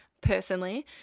personally